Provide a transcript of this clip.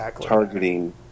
targeting